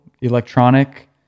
electronic